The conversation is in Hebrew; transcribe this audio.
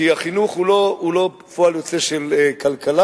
כי החינוך הוא לא פועל יוצא של כלכלה,